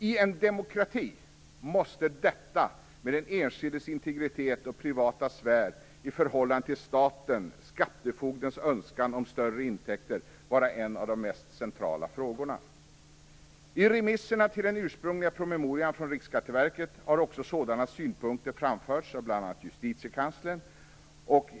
I en demokrati måste detta med den enskildes integritet och privata sfär i förhållande till staten och skattefogdens önskan om större intäkter vara en av de mest centrala frågorna. I remisserna till den ursprungliga promemorian från Riksskatteverket har också sådana synpunkter framförts, bl.a. av Justitiekanslern.